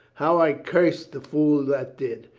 how i cursed the fool that did!